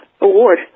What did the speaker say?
award